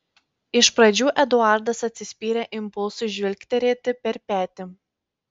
iš pradžių eduardas atsispyrė impulsui žvilgterėti per petį